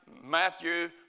Matthew